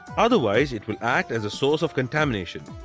otherwise it will act as a source of contamination.